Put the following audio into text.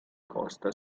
costa